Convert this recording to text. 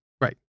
Right